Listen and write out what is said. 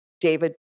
David